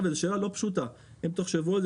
ואם תחשבו על זה,